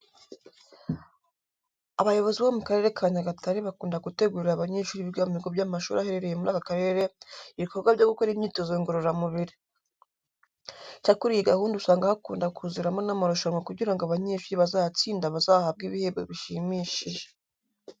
Abayobozi bo mu Karere ka Nyagatare bakunda gutegurira abanyeshuri biga mu bigo by'amashuri aherereye muri aka karere ibikorwa byo gukora imyitozo ngororamubiri. Icyakora iyi gahunda usanga hakunda kuziramo n'amarushanwa kugira ngo abanyeshuri bazatsinda bazahabwe ibihembo bishimishije.